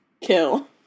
Kill